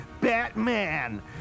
Batman